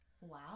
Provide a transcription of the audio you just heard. Wow